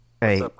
Hey